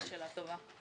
שאלה טובה.